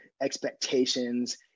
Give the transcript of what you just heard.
expectations